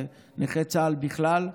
נכי צה"ל בכלל,